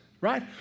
right